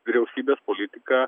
vyriausybės politika